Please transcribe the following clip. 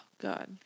God